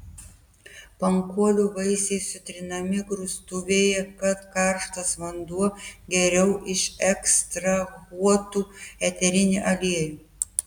pankolių vaisiai sutrinami grūstuvėje kad karštas vanduo geriau išekstrahuotų eterinį aliejų